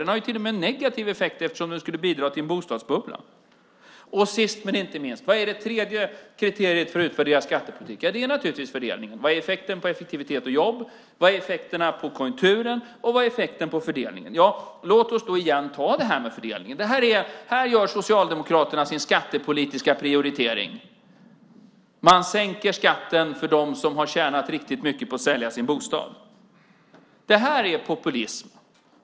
Den har ju till och med negativ effekt eftersom den skulle bidra till en bostadsbubbla. Sist men inte minst: Vad är det tredje kriteriet för att utvärdera skattepolitik? Det är naturligtvis fördelningen. Vad är effekten på effektivitet och jobb? Vad är effekterna på konjunkturen? Vad är effekten på fördelningen? Låt mig då ta upp det här med fördelningen igen. Här gör Socialdemokraterna sin skattepolitiska prioritering. De sänker skatten för dem som har tjänat riktigt mycket på att sälja sin bostad. Detta är populism.